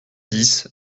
dix